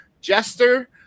jester